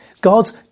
God's